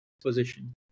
position